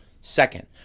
Second